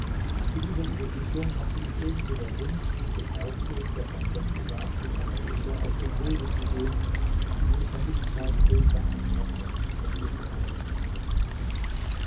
zu dieser übersiedlung mochte ihn ebenso der wunsch dem aufsehen das sein plötzlicher abschied machen mußte aus dem wege zu gehen wie die notwendigkeit größter einschränkung der lebenshaltung veranlaßt haben